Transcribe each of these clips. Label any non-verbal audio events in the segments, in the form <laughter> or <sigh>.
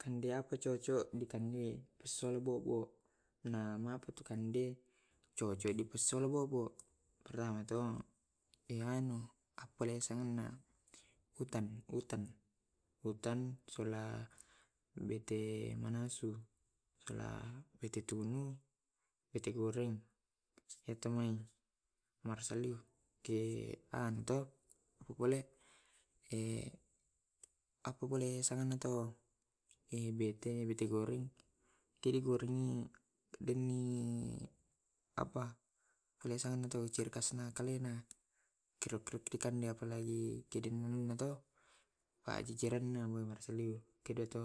Tende ap cocok dikande silong bobo pertama to appeselena rutan, rutan sola bete nasusola bete tunu, bete goreng yatumai marsali ke anu to apa bole bete goreng tedengi apa linana tu kulkasna kalena. cicirena kedo to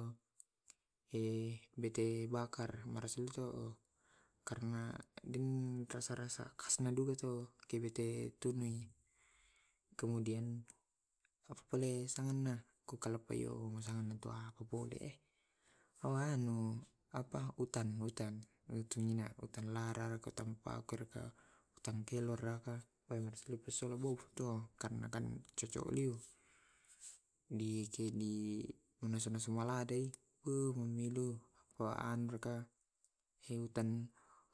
<hesitation> iya te bakar na risoso karena mangrasa rasa khasna tu bete tunu <hesitation> kemudian pole samanna ko kalai biasa mu pole awana apa utan, utan karean tan keloro apa pasogo na cocok liu di di nasu nasu baladoi pe ngilu kiandei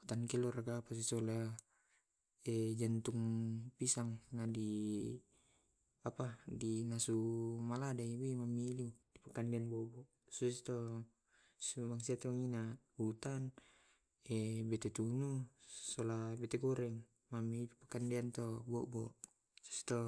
tan keloroki ka jammi tu bisa mandi apa dinasu maladeki mangilu witutuni stiu <unintelligible>